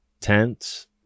tents